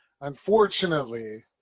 unfortunately